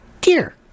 Dear